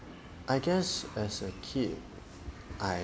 I guess as a kid I